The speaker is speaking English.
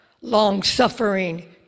long-suffering